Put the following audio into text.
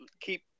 keep